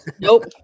Nope